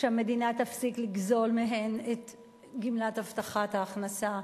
שהמדינה תפסיק לגזול מהן את גמלת הבטחת ההכנסה.